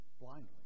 blindly